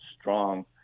strong